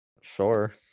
Sure